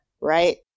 right